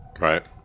Right